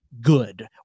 good